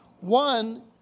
one